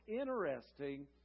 interesting